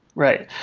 right.